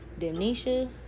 Denisha